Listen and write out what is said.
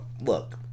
Look